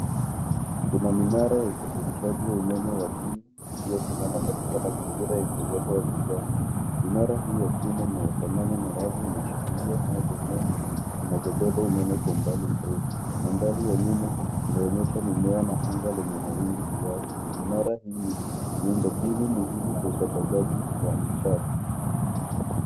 Kuna minara ya usafirishaji wa umeme wa juu, iliyosimama katika mazingira yenye uota wa kijani. Kinara hii ya chuma inayofanana na wavu inashikilia nyaya za umeme zinazobeba umeme kwa umbali mrefu. Na mbali ya nyuma inaonyesha mimea na anga lenye mawingu kiasi. Minara hii ni miundo mbinu muhimu kwa usambazaji wa nishati.